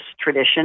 tradition